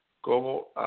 como